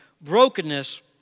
Brokenness